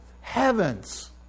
heavens